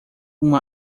uma